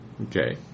Okay